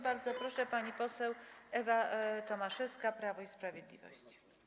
Bardzo proszę, pani poseł Ewa Tomaszewska, Prawo i Sprawiedliwość.